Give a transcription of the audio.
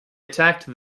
attacked